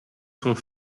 sont